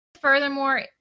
Furthermore